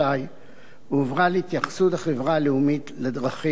הועברה להתייחסות החברה הלאומית לדרכים,